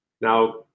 Now